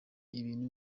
ibintu